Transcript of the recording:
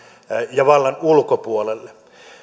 ja vallan ulkopuolelle